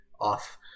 off